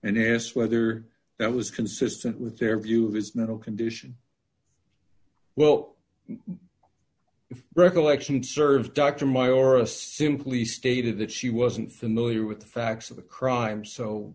and asked whether that was consistent with their view of his mental condition well if recollection serves dr my aura simply stated that she wasn't familiar with the facts of the crime so